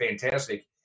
fantastic